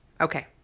Okay